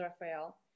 Raphael